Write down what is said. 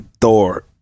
Thor